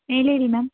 mail ID ma'am